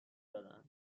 دادن